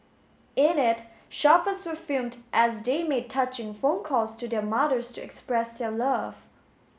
in it shoppers were filmed as they made touching phone calls to their mothers to express their love